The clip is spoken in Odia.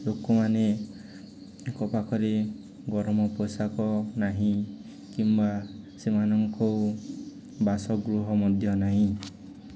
ଲୋକମାନେ ତାଙ୍କ ପାଖରେ ଗରମ ପୋଷାକ ନାହିଁ କିମ୍ବା ସେମାନଙ୍କୁ ବାସଗୃହ ମଧ୍ୟ ନାହିଁ